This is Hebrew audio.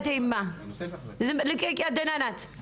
אנחנו